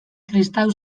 kristau